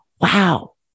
Wow